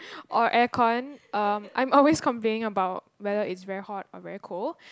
or air corn um I'm always complaining about weather is very hot or very cold